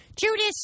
Judas